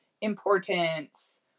importance